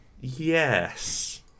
Yes